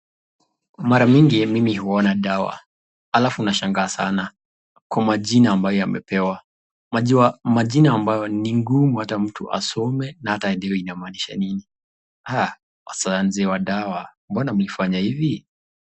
Mara mingi mimi huona dawa, alafu nashangaa sana kwa majina ambayo wamepewa, majina ambayo ni ngumu ata mtu asome na hata ndivyo inamaanisha nini, aa wasayansi wa dawa mbona mlifanya hivi?